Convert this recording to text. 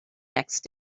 next